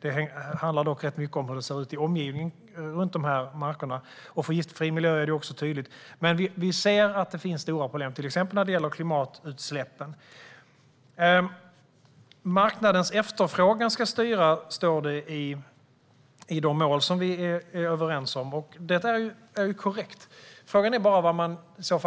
Det handlar dock rätt mycket om hur det ser ut i omgivningen, runt de här markerna. För målet Giftfri miljö är det också tydligt. Men vi ser att det finns stora problem till exempel när det gäller klimatutsläppen. Marknadens efterfrågan ska styra, står det i de mål som vi är överens om. Det är korrekt. Frågan är bara vad man